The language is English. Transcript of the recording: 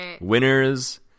winners